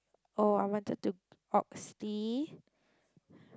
oh I wanted to oxley